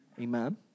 Amen